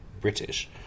British